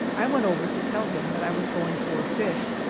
i went over to tell him that i was going for a fish,